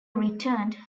returned